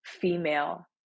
female